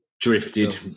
drifted